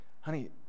honey